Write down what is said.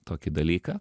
tokį dalyką